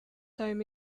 time